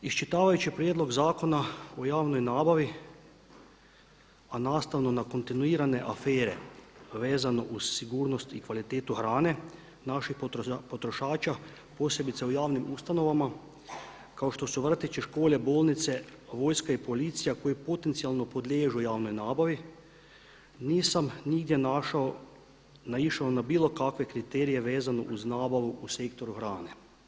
Iščitavajući Prijedlog zakona o javnoj nabavi, a nastavno na kontinuirane afere vezano uz sigurnost i kvalitetu hrane naših potrošača, posebice u javnim ustanovama kao što su vrtići, škole, bolnice, vojska i policija koji potencijalno podliježu javnoj nabavi, nisam nigdje naišao na bilo kakve kriterije vezano uz nabavu u sektoru hrane.